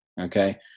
okay